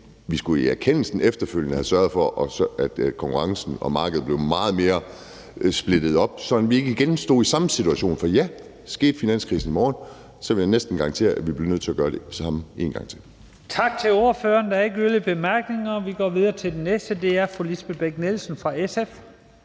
vi skulle i erkendelsen efterfølgende have sørget for, at konkurrencen og markedet blev meget mere splittet op, sådan at vi ikke igen stod i samme situation. For ja, kommer finanskrisen i morgen, vil jeg næsten garantere, at vi bliver nødt til at gøre det samme en gang til. Kl. 19:13 Første næstformand (Leif Lahn Jensen): Tak til ordføreren. Der er ikke yderligere korte bemærkninger, og vi går videre til den næste, og det er fru Lisbeth Bech-Nielsen fra SF.